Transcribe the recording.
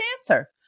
answer